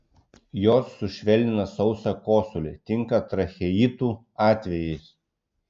jos sušvelnina sausą kosulį tinka tracheitų atvejais